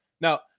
now